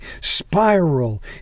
spiral